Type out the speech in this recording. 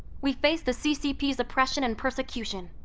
we face the ccp's oppression and persecution.